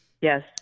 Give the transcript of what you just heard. Yes